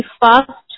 fast